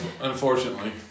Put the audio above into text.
Unfortunately